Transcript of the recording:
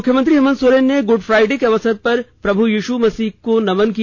मुख्यमंत्री हेमन्त सोरेन ने Good Friday के अवसर पर प्रभु यीशु मसीह को नमन किया